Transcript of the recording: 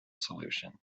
solution